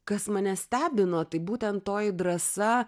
kas mane stebino tai būtent toji drąsa